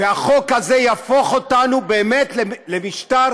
והחוק הזה יהפוך אותנו באמת למשטר